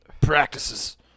practices